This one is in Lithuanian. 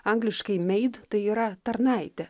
angliškai meid tai yra tarnaitė